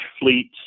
fleets